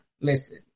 Listen